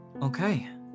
Okay